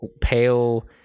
pale